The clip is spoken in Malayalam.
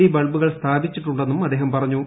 ഡി ബൾബുകൾ സ്ഥാപിച്ചിട്ടുണ്ടെന്നും അദ്ദേഹം പറഞ്ഞു